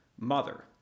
mother